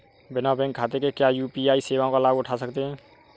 बिना बैंक खाते के क्या यू.पी.आई सेवाओं का लाभ उठा सकते हैं?